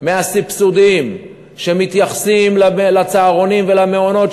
מהסבסודים לצהרונים ולמעונות,